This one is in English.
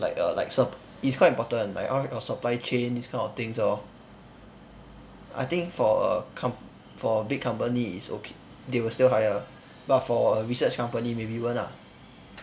like err like some it's quite important [one] like all the supply chain this kind of things lor I think for a com~ for a big company is okay they will still hire but for a research company maybe won't ah